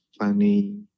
funny